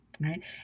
right